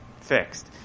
fixed